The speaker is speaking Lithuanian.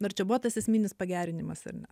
ar čia buvo tas esminis pagerinimas ar ne